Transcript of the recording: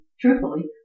truthfully